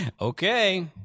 Okay